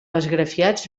esgrafiats